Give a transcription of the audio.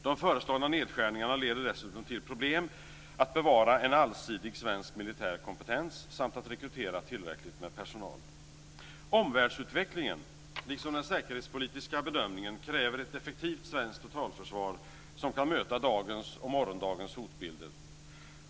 De föreslagna nedskärningarna leder dessutom till problem med att bevara en allsidig svensk militär kompetens samt att rekrytera tillräckligt med personal. Omvärldsutvecklingen liksom den säkerhetspolitiska bedömningen kräver ett effektivt svenskt totalförsvar som kan möta dagens och morgondagens hotbilder.